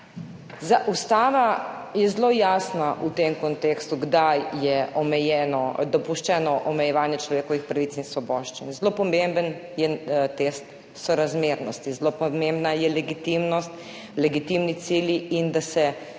Ustava je zelo jasna v tem kontekstu, kdaj je dopuščeno omejevanje človekovih pravic in svoboščin. Zelo pomemben je test sorazmernosti, zelo pomembna je legitimnost, legitimni cilji in da se